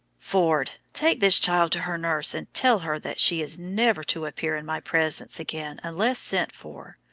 ford, take this child to her nurse, and tell her that she is never to appear in my presence again unless sent for.